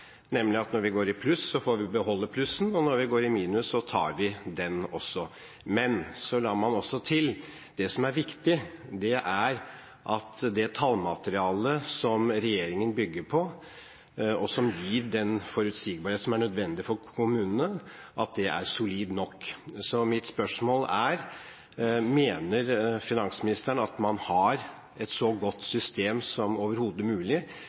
nemlig at når vi går i pluss, så får vi beholde plussen, og når vi går i minus, så tar vi den også.» Men så la de til: «Det som er viktig, er at det tallmaterialet som regjeringen bygger på, og som gir den forutsigbarhet som er nødvendig for kommunene, er solid nok.» Mitt spørsmål er: Mener finansministeren at man har et så godt system som overhodet mulig,